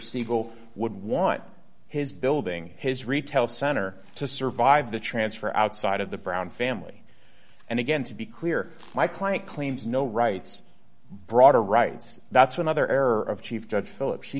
siegel would want his building his retail center to survive the transfer outside of the brown family and again to be clear my client claims no rights broader rights that's another error of chief judge phillips he